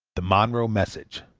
the monroe message.